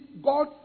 God